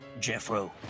Jeffro